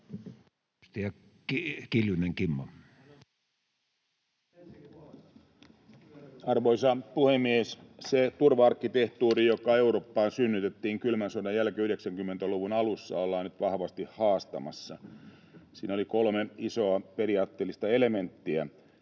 Arvoisa puhemies! Se turva-arkkitehtuuri, joka Eurooppaan synnytettiin kylmän sodan jälkeen 90-luvun alussa, ollaan nyt vahvasti haastamassa. Siinä oli kolme isoa periaatteellista elementtiä: